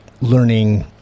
learning